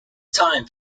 time